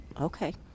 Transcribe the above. okay